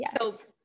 Yes